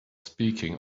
speaking